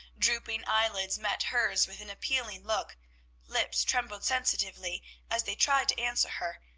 drooping eyelids met hers with an appealing look lips trembled sensitively as they tried to answer her,